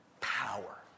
power